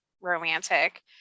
romantic